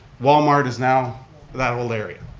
walmart is now that whole area.